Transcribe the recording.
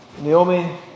Naomi